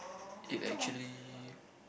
if actually